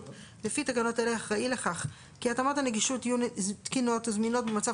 לפי תקנות אלה אחראי לכך כי התאמות הנגישות יהיו תקינות וזמינות במצב